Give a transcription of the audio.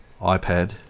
iPad